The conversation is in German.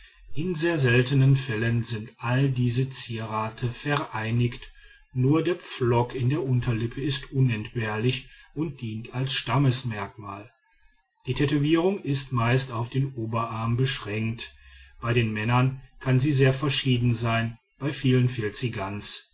in sehr seltenen fällen sind alle diese zierate vereinigt nur der pflock in der unterlippe ist unentbehrlich und dient als stammesmerkmal die tätowierung ist meist auf den oberarm beschränkt bei den männern kann sie sehr verschieden sein bei vielen fehlt sie ganz